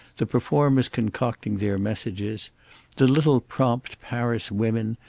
the performers concocting their messages the little prompt paris women,